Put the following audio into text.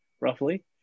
roughly